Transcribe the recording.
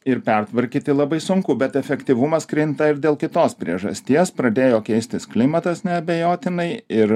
ir pertvarkyti labai sunku bet efektyvumas krinta ir dėl kitos priežasties pradėjo keistis klimatas neabejotinai ir